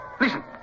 Listen